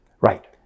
Right